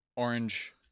Orange